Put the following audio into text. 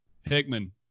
hickman